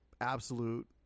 absolute